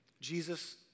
Jesus